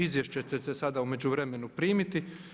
Izvješće ćete sada u međuvremenu primiti.